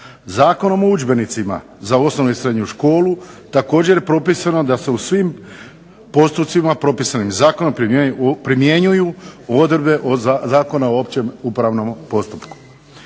Zakonom o udžbenicima za osnovnu i srednju školu također je propisano da se u svim postupcima propisanim zakonom primjenjuju odredbe Zakona o općem upravnom postupku.